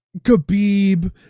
Khabib